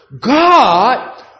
God